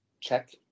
check